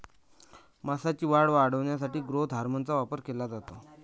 मांसाची वाढ वाढवण्यासाठी ग्रोथ हार्मोनचा वापर केला जातो